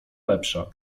lepsza